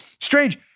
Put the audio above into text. Strange